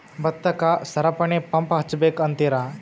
ಭತ್ತಕ್ಕ ಸರಪಣಿ ಪಂಪ್ ಹಚ್ಚಬೇಕ್ ಅಂತಿರಾ?